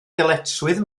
ddyletswydd